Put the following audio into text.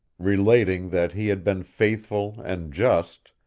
relating that he had been faithful and just,